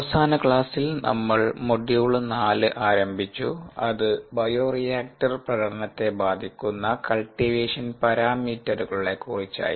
അവസാന ക്ളാസിൽ നമ്മൾ മോഡ്യൂൾ 4 ആരംഭിച്ചു അത് ബയോറിയാക്ടർ പ്രകടനത്തെ ബാധിക്കുന്ന കൾടിവേഷൻ പരാമീറ്ററുകളെ കുറിച്ചായിരുന്നു